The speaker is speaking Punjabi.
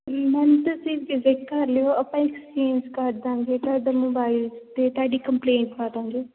ਮੈਮ ਤੁਸੀਂ ਵਿਜਿਟ ਕਰ ਲਿਓ ਆਪਾਂ ਇੱਕ ਸਕੀਮਸ ਕਰ ਦਾਂਗੇ ਤੁਹਾਡਾ ਮੋਬਾਇਲ ਅਤੇ ਤੁਹਾਡੀ ਕਪਲੇਂਟ ਪਾ ਦਾਂਗੇ